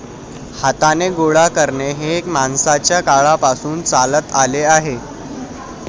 हाताने गोळा करणे हे माणसाच्या काळापासून चालत आले आहे